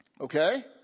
Okay